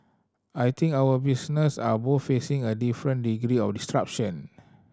I think our business are both facing a different degree of disruption